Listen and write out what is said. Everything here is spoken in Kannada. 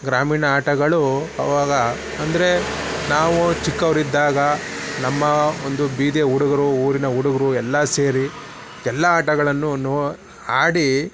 ಗ್ರಾಮೀಣ ಆಟಗಳು ಆವಾಗ ಅಂದರೆ ನಾವು ಚಿಕ್ಕವರಿದ್ದಾಗ ನಮ್ಮ ಒಂದು ಬೀದಿಯ ಹುಡುಗ್ರು ಊರಿನ ಹುಡುಗ್ರು ಎಲ್ಲ ಸೇರಿ ಎಲ್ಲ ಆಟಗಳನ್ನು ನೋ ಆಡಿ